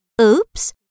Oops